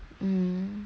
mm